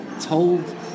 told